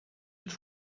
het